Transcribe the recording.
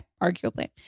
Arguably